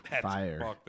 Fire